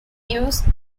used